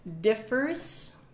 differs